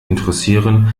interessieren